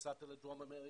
נסעת לדרום-אמריקה,